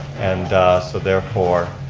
and so therefore